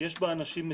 יש בה אנשים מצוינים,